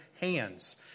hands